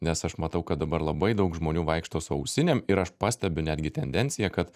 nes aš matau kad dabar labai daug žmonių vaikšto su ausinėm ir aš pastebiu netgi tendenciją kad